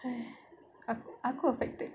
!hais! aku aku affected